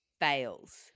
fails